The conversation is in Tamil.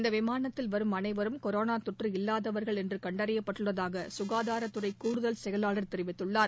இந்த விமானத்தில் வரும் அனைவரும் கொரோனா தொற்று இல்வாதவர்கள் என்று கண்டறியப்பட்டுள்ளதாக சுகாதாரத்துறை கூடுதல் செயலாளர் தெரிவித்துள்ளார்